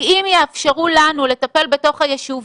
כי אם יאפשרו לנו לטפל בתוך היישוב,